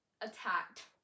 attacked